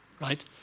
right